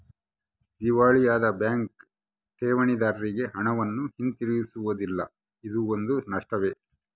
ದಿವಾಳಿಯಾದ ಬ್ಯಾಂಕ್ ಠೇವಣಿದಾರ್ರಿಗೆ ಹಣವನ್ನು ಹಿಂತಿರುಗಿಸುವುದಿಲ್ಲ ಇದೂ ಒಂದು ನಷ್ಟವೇ